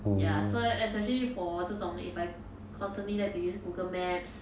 ya so especially for 这种 if I constantly like to use google maps